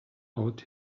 out